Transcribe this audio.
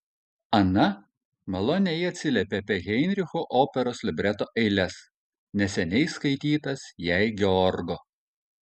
ana maloniai atsiliepė apie heinricho operos libreto eiles neseniai skaitytas jai georgo